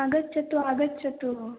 आगच्छतु आगच्छतु